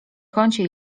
kącie